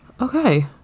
Okay